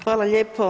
Hvala lijepo.